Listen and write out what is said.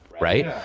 right